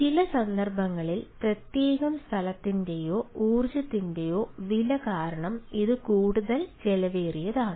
ചില സന്ദർഭങ്ങളിൽ പ്രത്യേക സ്ഥലത്തിന്റെയും ഊർജ്ജത്തിന്റെയും വില കാരണം ഇത് കൂടുതൽ ചെലവേറിയതാണ്